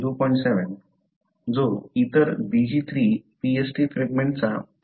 7 जो इतर BglII Pst फ्रॅगमेंटचा 3